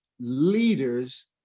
leaders